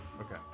Okay